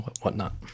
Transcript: whatnot